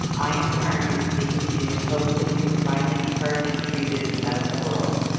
i, in turn, am speaking to you in hopes that we could finally be heard and treated in the medical world.